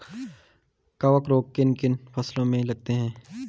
कवक रोग किन किन फसलों में लगते हैं?